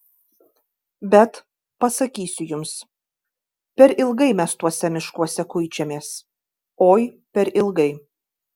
bet pasakysiu jums per ilgai mes tuose miškuose kuičiamės oi per ilgai